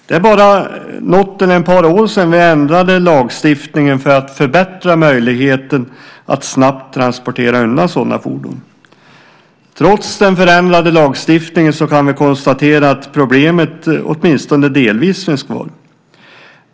Det är bara något eller ett par år sedan som vi ändrade lagstiftningen för att förbättra möjligheten att snabbt transportera undan sådana fordon. Trots den förändrade lagstiftningen kan vi konstatera att problemet åtminstone delvis finns kvar.